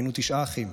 היינו תשעה אחים.